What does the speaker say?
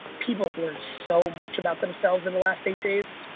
people have learned so much about themselves in the last eight days.